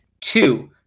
two